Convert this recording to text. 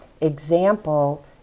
example